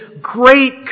great